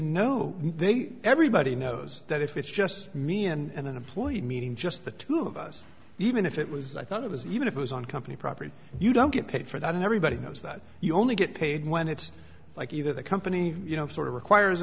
no everybody knows that if it's just me and an employee meeting just the two of us even if it was i thought it was even if it was on company property you don't get paid for them everybody knows that you only get paid when it's like you know the company you know sort of requires